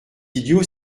idiot